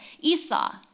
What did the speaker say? Esau